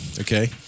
Okay